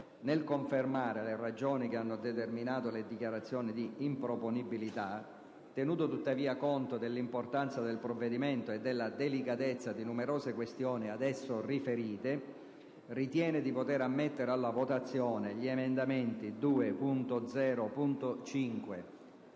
nel confermare le ragioni che hanno determinato le dichiarazioni di improponibilità, tenuto tuttavia conto dell'importanza del provvedimento e della delicatezza di numerose questioni ad esso riferite, ritiene di poter ammettere alla votazione gli emendamenti 2.0.5,